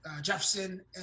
Jefferson